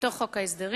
מתוך חוק ההסדרים,